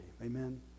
Amen